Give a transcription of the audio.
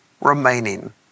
remaining